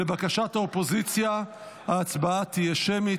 לבקשת האופוזיציה ההצבעה תהיה שמית.